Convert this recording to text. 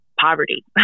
poverty